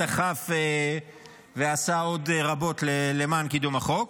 דחף ועשה עוד רבות למען קידום החוק.